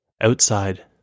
Outside